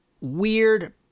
weird